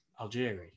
Algeria